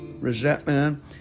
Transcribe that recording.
resentment